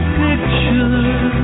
picture